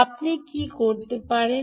আপনি কি করতে পারেন